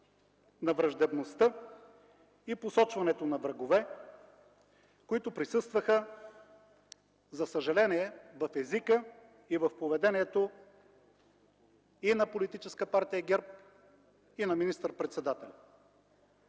на враждебността и посочването на врагове, които присъстваха за съжаление в езика и в поведението и на Политическа партия ГЕРБ, и на министър-председателя.